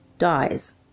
dies